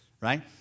right